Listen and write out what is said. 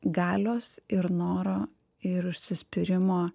galios ir noro ir užsispyrimo